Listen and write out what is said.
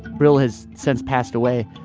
brill has since passed away.